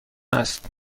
است